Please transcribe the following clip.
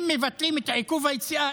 אם מבטלים את עיכוב היציאה,